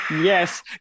yes